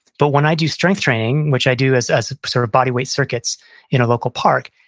but when i do strength training, which i do as as sort of body weight circuits in a local park,